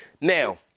Now